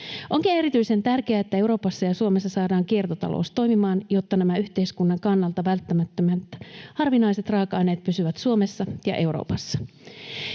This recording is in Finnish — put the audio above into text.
Onkin erityisen tärkeää, että Euroopassa ja Suomessa saadaan kiertotalous toimimaan, jotta nämä yhteiskunnan kannalta välttämättömät harvinaiset raaka-aineet pysyvät Suomessa ja Euroopassa.